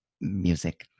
music